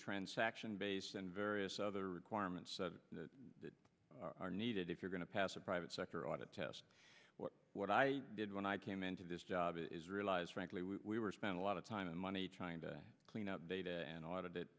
transaction based and various other requirements that are needed if you're going to pass a private sector audit test what i did when i came into this job is realize frankly we were spent a lot of time and money trying to clean up data and a lot of it